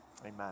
amen